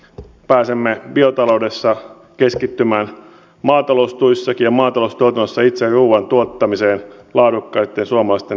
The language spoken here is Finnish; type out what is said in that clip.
pääsemme biotaloudessa keskittymään maataloustuissakinmaataloustuotannossa itse ruuan tuottamiseen laadukkaitten suomalaisten